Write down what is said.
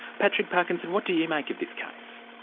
patrick parkinson, what do you make of this case?